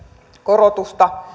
korotusta